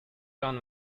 can